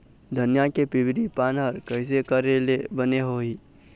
धनिया के पिवरी पान हर कइसे करेले बने होही?